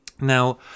Now